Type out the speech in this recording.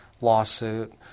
lawsuit